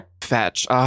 fetch